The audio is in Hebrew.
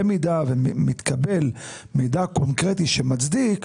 במידה ומתקבל מידע קונקרטי שמצדיק,